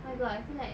my god I feel like